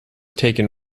taken